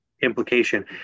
implication